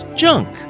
junk